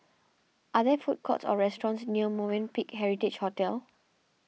are there food courts or restaurants near Movenpick Heritage Hotel